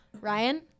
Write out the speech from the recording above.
Ryan